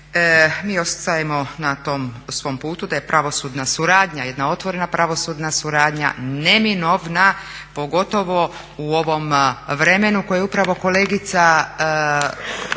Mi ostajemo na tom svom putu da je pravosudna suradnja, jedna otvorena pravosudna suradnja neminovna pogotovo u ovom vremenu koje je upravo kolegica